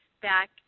back